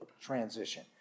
transition